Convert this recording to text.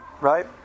Right